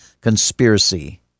conspiracy